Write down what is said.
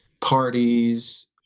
parties